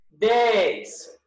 days